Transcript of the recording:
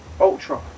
Ultra